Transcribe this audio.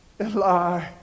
Eli